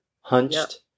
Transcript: hunched